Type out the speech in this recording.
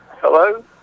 Hello